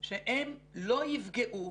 שהם לא יפגעו,